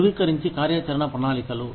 ధ్రువీకరించి కార్యాచరణ ప్రణాళికలు